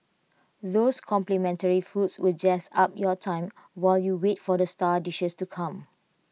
those complimentary foods will jazz up your time while you wait for the star dishes to come